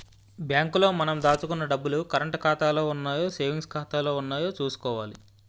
bank లో మనం దాచుకున్న డబ్బులు కరంటు ఖాతాలో ఉన్నాయో సేవింగ్స్ ఖాతాలో ఉన్నాయో చూసుకోవాలి